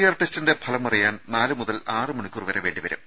R ടെസ്റ്റിന്റെ ഫലമറിയാൻ നാലുമുതൽ ആറ് മണിക്കൂർ വരെ വേണ്ടി വരും